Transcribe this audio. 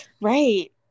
right